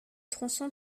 tronçon